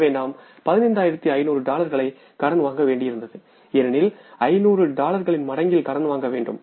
எனவே நாம் 15500 டாலர்களை கடன் வாங்க வேண்டியிருந்தது ஏனெனில் 500 டாலர்களின் மடங்கில் கடன் வாங்க வேண்டும்